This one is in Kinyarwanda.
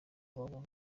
ubwoba